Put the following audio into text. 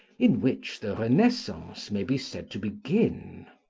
in which the renaissance may be said to begin.